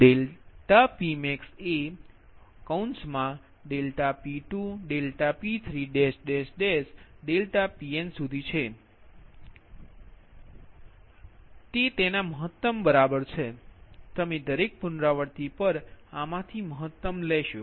∆Pmax એ ∆P2 ∆P3 ∆Pn ના મહત્તમ ની બરાબર છે તમે દરેક પુનરાવૃત્તિ પર આમાં થી મહત્તમ લેશો